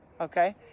okay